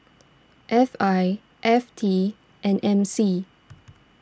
F I F T and M C